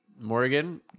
Morgan